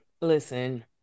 listen